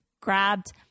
grabbed